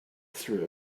through